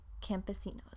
campesinos